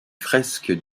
fresques